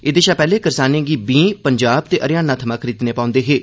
एह्दे शा पैह्ले करसानें गी बींऽ पंजाब ते हरियाणा थमां खरीदने पौंदे हे